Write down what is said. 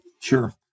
Sure